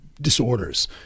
Disorders